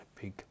big